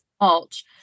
mulch